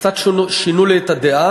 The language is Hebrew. קצת שינו לי את הדעה,